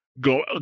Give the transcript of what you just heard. go